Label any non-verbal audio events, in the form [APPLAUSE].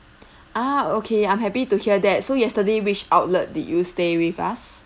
[BREATH] ah okay I'm happy to hear that so yesterday which outlet did you stay with us